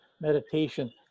meditation